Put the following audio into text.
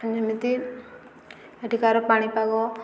ଯେମିତି ଏଠିକାର ପାଣିପାଗ